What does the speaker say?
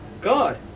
God